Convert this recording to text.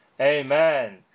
Amen